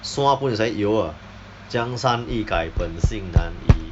swa phun eh sai yo ah 江山易改本性难移